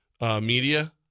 media